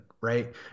right